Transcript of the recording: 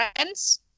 Friends